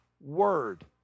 word